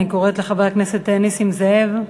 אני קוראת לחבר הכנסת נסים זאב.